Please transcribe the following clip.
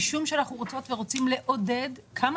משום שאנחנו רוצות ורוצים לעודד כמה